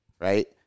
right